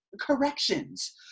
corrections